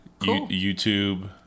YouTube